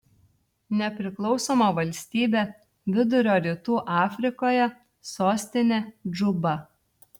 nepriklausoma valstybė vidurio rytų afrikoje sostinė džuba